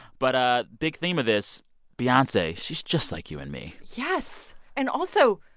but a big theme of this beyonce she's just like you and me yes. and also,